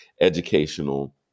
educational